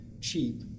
cheap